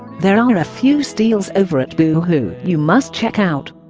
there are a few steals over at boohoo you must check out!